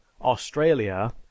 australia